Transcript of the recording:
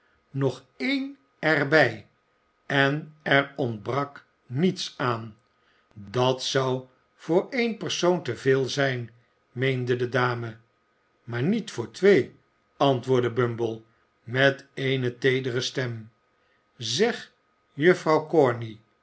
nog één er bij en er ontbrak niets aan dat zou voor één persoon te veel zijn meende de dame maar niet voor twee antwoordde bumble met eene teedere stem zeg juffrouw